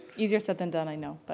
easier said than done, i know. but.